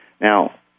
Now